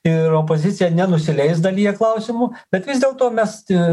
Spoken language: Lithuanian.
ir opozicija nenusileis dalyje klausimų bet vis dėlto mesti